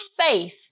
faith